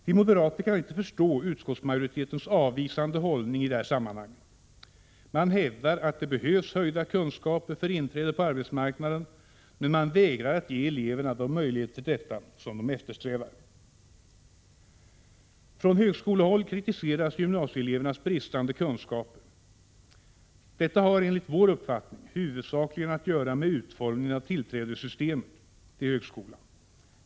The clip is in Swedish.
Vi moderater kan inte förstå utskottsmajoritetens avvisande hållning i detta sammanhang. Man hävdar att det behövs ökade kunskaper för inträde på arbetsmarknaden, men man vägrar att ge eleverna de möjligheter till detta som de eftersträvar. Från högskolehåll kritiseras gymnasieelevernas bristande kunskaper. Detta har, enligt vår uppfattning, huvudsakligen att göra med utformningen av systemet för tillträde till högskolan.